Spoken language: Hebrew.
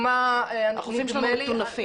החופים שלנו מטונפים.